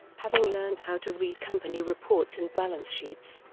having learned how to read company reports and balance sheets,